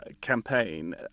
campaign